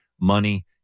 money